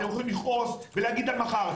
אתם יכולים ולהגיד עד מחר.